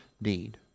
need